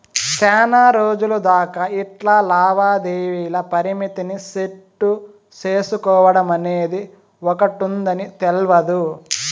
సేనారోజులు దాకా ఇట్లా లావాదేవీల పరిమితిని సెట్టు సేసుకోడమనేది ఒకటుందని తెల్వదు